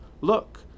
Look